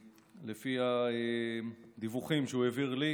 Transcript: לפי הדיווחים שהוא העביר לי.